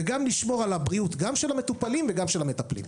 וגם לשמור על הבריאות גם של המטופלים וגם של המטפלים.